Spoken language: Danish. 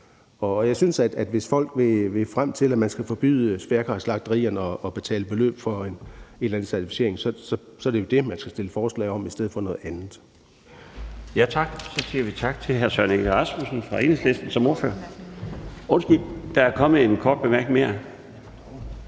Jeg synes, at hvis folk vil frem til, at man skal forbyde fjerkræslagterierne at betale beløb for en eller anden certificering, så er det jo det, man skal stille forslag om, i stedet for noget andet.